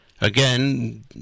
again